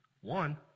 One